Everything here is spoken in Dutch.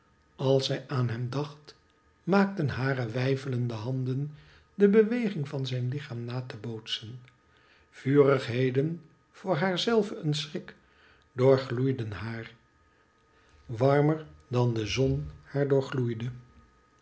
als zij aan hem dacht maakten hare weifelende handen de beweging van zijn lichaam na te bootsen vurigheden voor haarzelve een schrik doorgloeiden haar warmer dan de zon haar